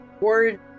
word